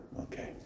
okay